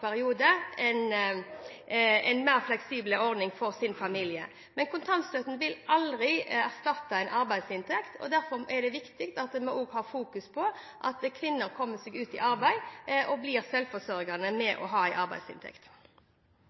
periode å velge en mer fleksibel ordning for sin familie. Men kontantstøtten vil aldri erstatte en arbeidsinntekt. Derfor er det viktig at vi også fokuserer på at kvinner kommer seg ut i arbeid og blir selvforsørgende, ved å ha en arbeidsinntekt.